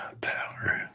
Power